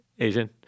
Asian